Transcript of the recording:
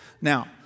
Now